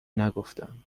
نگفتم